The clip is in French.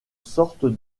sorte